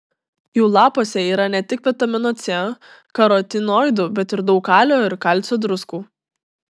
jų lapuose yra ne tik vitamino c karotinoidų bet ir daug kalio ir kalcio druskų